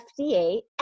FDA